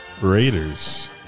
Raiders